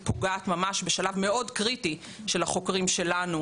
פוגעת בשלב מאוד קריטי של החוקרים שלנו,